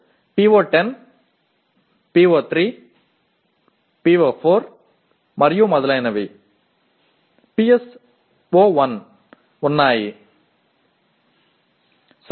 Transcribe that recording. உங்களிடம் PO1 மற்றும் PO10 PO3 PO4 மற்றும் பல PO மற்றும் PSO1 உள்ளது